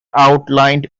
outlined